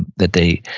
that they,